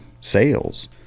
sales